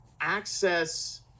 access